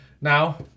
Now